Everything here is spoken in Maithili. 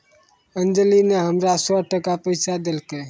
अंजली नी हमरा सौ टका पैंचा देलकै